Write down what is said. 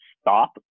stop